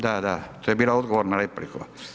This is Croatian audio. Da, da, to je bio odgovor na repliku.